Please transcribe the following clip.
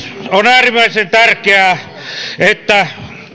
on äärimmäisen tärkeää että